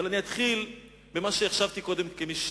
אבל אני אתחיל במה שהחשבתי קודם כמשני.